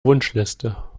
wunschliste